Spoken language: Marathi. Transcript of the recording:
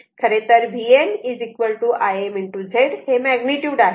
खरेतर Vm Im z हे मॅग्निट्युड आहे